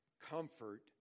comfort